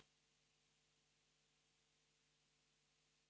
Hvala